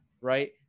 Right